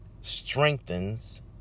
strengthens